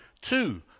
Two